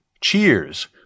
Cheers